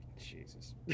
Jesus